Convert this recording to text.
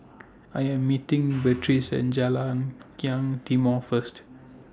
I Am meeting Beatriz At Jalan Kilang Timor First